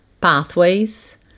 Pathways